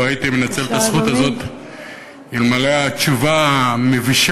לא הייתי מנצל את הזכות הזאת אלמלא התשובה המבישה,